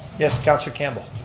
yes, counselor campbell.